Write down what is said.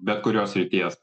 bet kurios srities